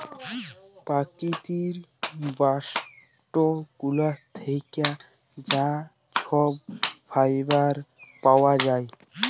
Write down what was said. পকিতির বাস্ট গুলা থ্যাকে যা ছব ফাইবার পাউয়া যায়